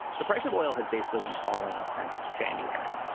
the price of oil has basically been falling since january,